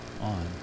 on